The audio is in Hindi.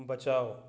बचाओ